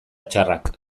txarrak